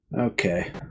Okay